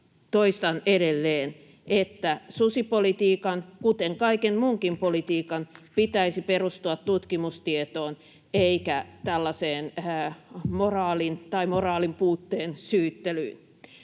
toistan edelleen, että susipolitiikan, kuten kaiken muunkin politiikan, pitäisi perustua tutkimustietoon eikä tällaiseen moraalista